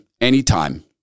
anytime